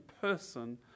person